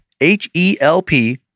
H-E-L-P